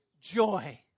joy